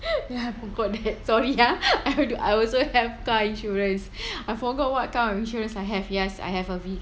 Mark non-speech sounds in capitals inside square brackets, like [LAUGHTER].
[LAUGHS] ya I forgot that sorry ya I al~ I also have car insurance I forgot what kind of insurance I have yes I have a